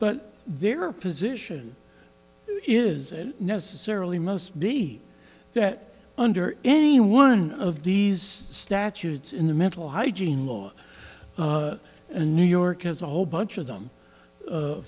but their position is necessarily must be that under any one of these statutes in the mental hygiene law a new york has a whole bunch of them